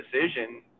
decision